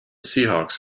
seahawks